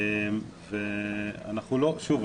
שוב,